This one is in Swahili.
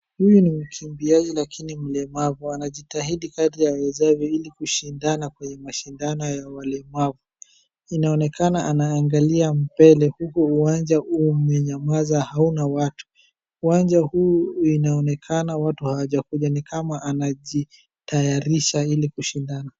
Huyu ni mkimbiaji lakini mlemavu. Anajitahidi kadri awezavyo ili kushindana kwa mashindano ya walemavu. Inaonekana anangalia mbele huku uwanja umenyamaza hauna watu. Uwanja huu inaonekana watu hawajakuja, ni kama anajitayarisha ili kushindana.